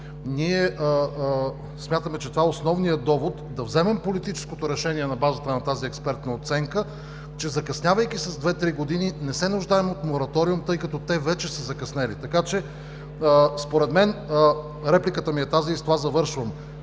Ние смятаме, че това е основният довод да вземем политическото решение на базата на тази експертна оценка, че, закъснявайки с две-три години, не се нуждаем от мораториум, тъй като те вече са закъснели. Така че репликата ми е тази и с това завършвам: